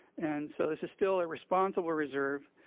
and so this is still a responsible reserve,